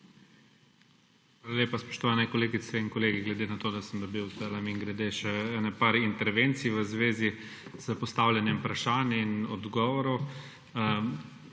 Hvala lepa. Spoštovani kolegice in kolegi! Glede na to, da sem dobil zdajle mimogrede še ene par intervencij v zvezi s postavljanjem vprašanj in odgovorov.